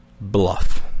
bluff